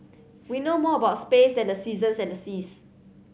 we know more about space than the seasons and the seas